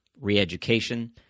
re-education